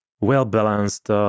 well-balanced